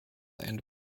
and